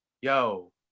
yo